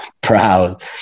proud